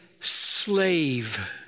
slave